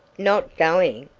not going?